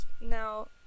Now